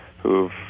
who've